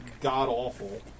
god-awful